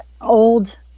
old